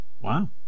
wow